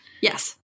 Yes